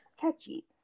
catchy